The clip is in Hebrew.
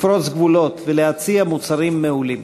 לפרוץ גבולות ולהציע מוצרים מעולים.